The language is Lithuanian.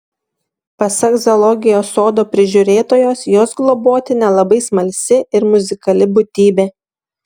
pasak zoologijos sodo prižiūrėtojos jos globotinė labai smalsi ir muzikali būtybė